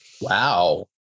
Wow